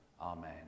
Amen